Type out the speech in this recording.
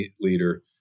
leader